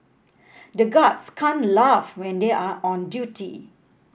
the guards can't laugh when they are on duty